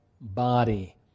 body